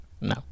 no